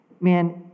man